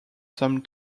some